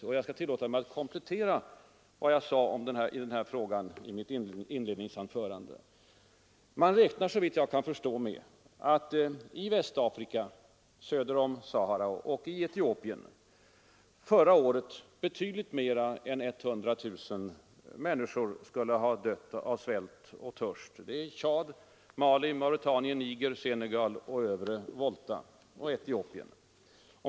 Och jag skall tillåta mig att komplettera vad jag sade om den här frågan i mitt inledningsanförande. Man räknar såvitt jag kan förstå med att i Västafrika söder om Sahara och i Etiopien förra året betydligt mer än 100 000 människor skall ha dött av svält och törst. Det gäller Tchad, Mali, Mauretanien, Niger, Senegal, Övre Volta och Etiopien.